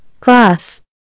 class